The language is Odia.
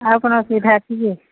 ଆଉ କ'ଣ ଅସୁବିଧା ଅଛି କି